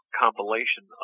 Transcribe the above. compilation